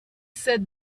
said